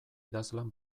idazlan